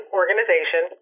organization